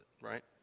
right